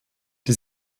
die